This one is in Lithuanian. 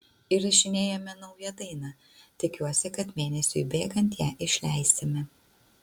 įrašinėjame naują dainą tikiuosi kad mėnesiui bėgant ją išleisime